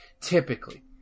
typically